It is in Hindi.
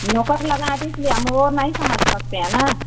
नौकर लगा हैं तो इसलिए हम वो नहीं समझ सकते हैं न